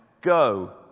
go